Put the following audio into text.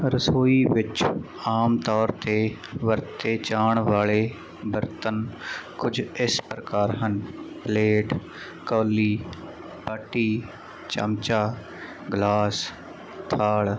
ਰਸੋਈ ਵਿੱਚ ਆਮ ਤੌਰ 'ਤੇ ਵਰਤੇ ਜਾਣ ਵਾਲੇ ਬਰਤਨ ਕੁਝ ਇਸ ਪ੍ਰਕਾਰ ਹਨ ਪਲੇਟ ਕੌਲੀ ਬਾਟੀ ਚਮਚਾ ਗਲਾਸ ਥਾਲ